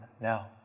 now